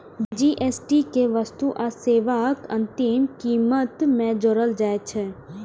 GST कें वस्तु आ सेवाक अंतिम कीमत मे जोड़ल जाइ छै